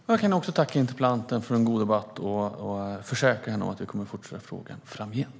Fru talman! Jag tackar interpellanten för en god debatt. Jag kan försäkra henne om att vi kommer att fortsätta att arbeta i frågan framgent.